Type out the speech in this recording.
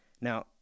Now